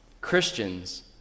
Christians